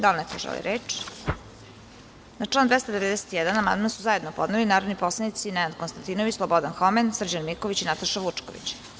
Da li neko želi reč? (Ne) Na član 291. amandman su zajedno podneli narodni poslanici Nenad Konstantinović, Slobodan Homen, Srđan Miković i Nataša Vučković.